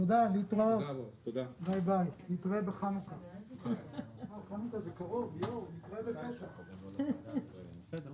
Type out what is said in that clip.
הישיבה ננעלה בשעה 13:40.